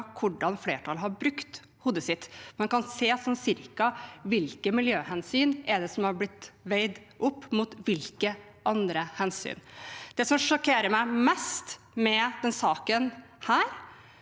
hvordan flertallet har brukt hodet sitt. Man kan se sånn cirka hvilke miljøhensyn som har blitt veid opp mot hvilke andre hensyn. Det som sjokkerer meg mest med denne saken,